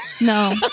no